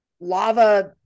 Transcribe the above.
lava